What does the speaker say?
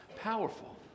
powerful